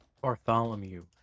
Bartholomew